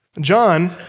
John